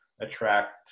attract